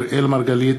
אראל מרגלית,